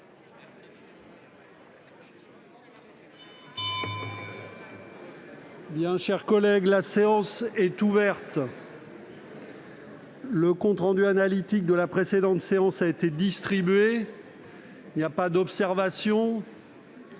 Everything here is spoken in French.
La séance est ouverte. Le compte rendu analytique de la précédente séance a été distribué. Il n'y a pas d'observation